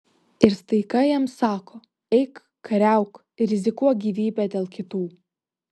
ir staiga jam sako eik kariauk rizikuok gyvybe dėl kitų